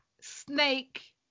snake